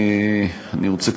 בפתח הדברים אני רוצה,